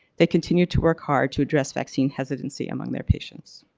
they continue to work hard to address vaccine hesitancy among their patients.